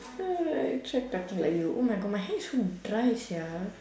oh my try talking to her oh my god my hair is so dry sia